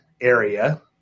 area